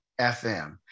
FM